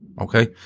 Okay